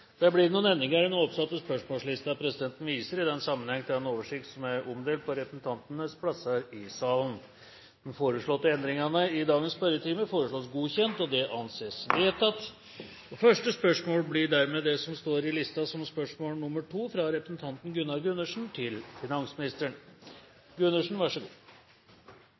Det blir noen endringer i den oppsatte spørsmålslisten. Presidenten viser i den sammenheng til den oversikt som er omdelt på representantenes plasser i salen. De foreslåtte endringene i dagens spørretime foreslås godkjent. – Det anses vedtatt. Endringene var som følger: Spørsmål